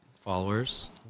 followers